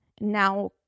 Now